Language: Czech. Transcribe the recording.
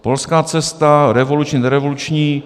Polská cesta, revoluční, nerevoluční.